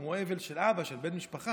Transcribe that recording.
כמו באבל על אבא, על בן משפחה.